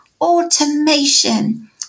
automation